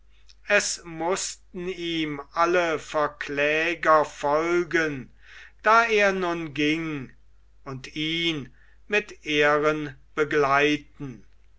es mußten ihm alle verkläger folgen da er nun ging und ihn mit ehren